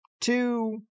two